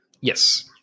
Yes